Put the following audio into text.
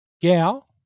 Gal